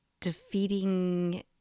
defeating